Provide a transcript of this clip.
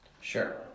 Sure